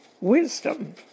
Wisdom